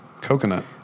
coconut